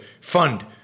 fund